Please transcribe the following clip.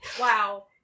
wow